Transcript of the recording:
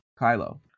Kylo